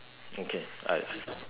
okay I